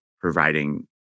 providing